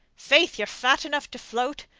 faith, you're fat enough to float.